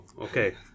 Okay